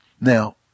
Now